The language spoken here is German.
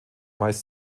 meist